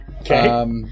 Okay